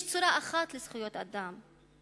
יש צורה אחת לזכויות אדם,